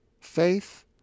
faith